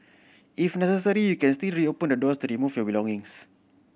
if necessary you can still reopen the doors to remove your belongings